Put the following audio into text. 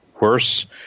worse